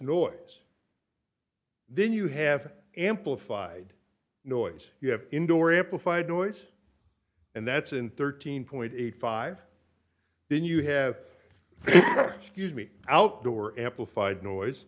noise then you have amplified noise you have indoor amplified noise and that's in thirteen eighty five then you have excuse me outdoor amplified noise